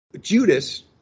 Judas